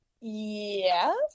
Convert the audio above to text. yes